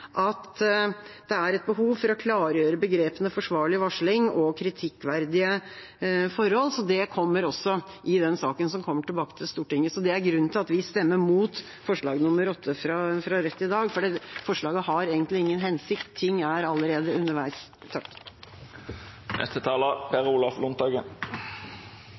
at det er behov for å klargjøre begrepene «forsvarlig varsling» og «kritikkverdige forhold», så det kommer også i den saken som kommer tilbake til Stortinget. Det er grunnen til at vi stemmer imot forslag nr. 8 fra Rødt i dag – for forslaget har egentlig ingen hensikt siden ting allerede er underveis.